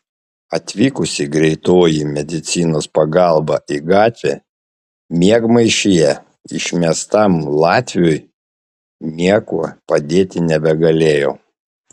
atvykusi greitoji medicinos pagalba į gatvę miegmaišyje išmestam latviui niekuo padėti nebegalėjo